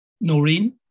Noreen